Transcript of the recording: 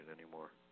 anymore